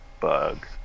bug